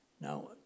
Now